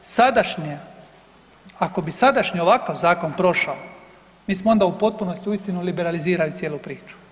Sadašnje, ako bi sadašnji ovakav Zakon prošao, mi smo onda u potpunosti uistinu liberalizirali cijelu priču.